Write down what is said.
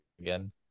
again